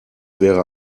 wäre